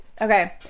Okay